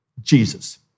Jesus